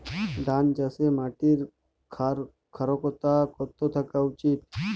ধান চাষে মাটির ক্ষারকতা কত থাকা উচিৎ?